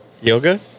Yoga